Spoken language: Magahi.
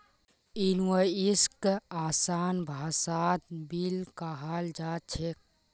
इनवॉइसक आसान भाषात बिल कहाल जा छेक